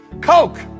Coke